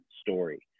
story